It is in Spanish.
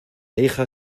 hija